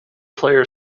player